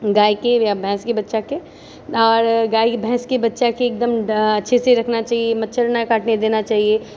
गायके या भैंसके बच्चाके आर गायके भैंसके बच्चाके एकदम अच्छे से रखना चाहिए मच्छर नहि काटने देना चाहिए